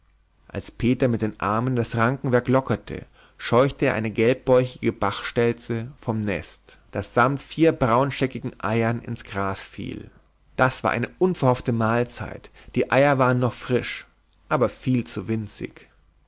als peter mit den armen das rankenwerk lockerte scheuchte er eine gelbbäuchige bachstelze vom nest das samt vier braunscheckigen eiern ins gras fiel das war eine unverhoffte mahlzeit die eier waren noch frisch aber viel zu winzig